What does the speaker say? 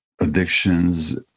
Addictions